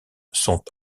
sont